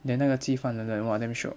then 那个鸡饭冷冷 !wah! damn shiok